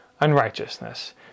unrighteousness